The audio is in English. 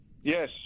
Yes